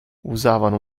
usavano